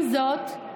עם זאת,